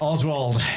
Oswald